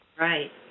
Right